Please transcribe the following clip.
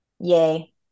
Yay